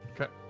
Okay